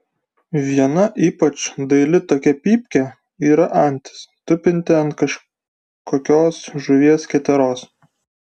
viena ypač daili tokia pypkė yra antis tupinti ant kažkokios žuvies keteros